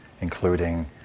including